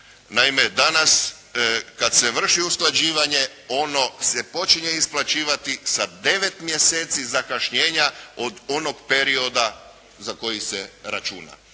Naime, danas kad se vrši usklađivanje ono se počinje isplaćivati sa 9 mjeseci zakašnjenja od onog perioda za koji se računa.